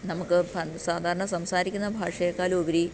നമുക്ക് സാധാരണ സംസാരിക്കുന്ന ഭാഷയെക്കാൾ ഉപരി